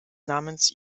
namens